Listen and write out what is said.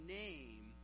name